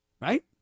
Right